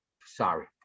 sorry